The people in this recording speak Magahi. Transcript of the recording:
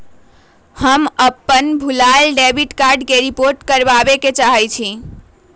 हम अपन भूलायल डेबिट कार्ड के रिपोर्ट करावे के चाहई छी